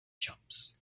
jumps